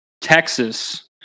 texas